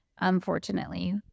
unfortunately